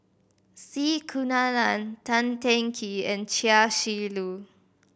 C Kunalan Tan Teng Kee and Chia Shi Lu